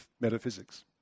metaphysics